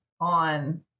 On